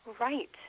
Right